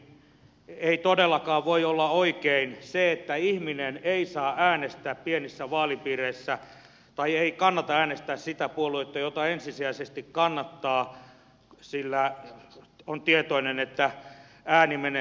ei todellakaan voi olla oikein se että ihminen ei saa äänestää pienissä vaalipiireissä tai ei kannata äänestää sitä puoluetta jota ensisijaisesti kannattaa sillä on tietoinen että ääni menee hukkaan